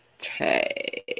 Okay